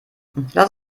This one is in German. lass